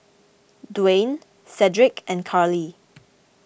Dwaine Sedrick and Carleigh